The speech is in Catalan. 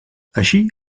així